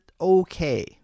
okay